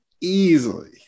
easily